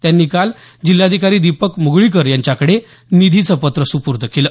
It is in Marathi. त्यांनी काल जिल्हाधिकारी दीपक मुगळीकर यांच्याकडे निधीचं पत्र सुपूर्द केलं